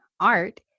art